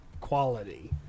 quality